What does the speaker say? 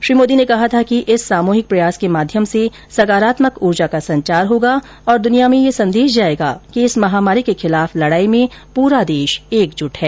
श्री मोदी ने कहा था कि इस सामुहिक प्रयास के माध्यम से सकारात्मक ऊर्जा का संचार होगा और दुनिया में ये संदेश जाएगा कि इस महामारी के खिलाफ लडाई में पूरा देश एकजुट है